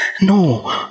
no